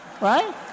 Right